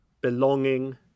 belonging